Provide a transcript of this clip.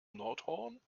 nordhorn